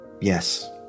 Yes